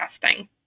testing